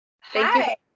Hi